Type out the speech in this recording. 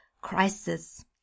crisis